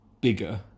bigger